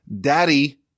Daddy